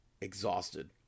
exhausted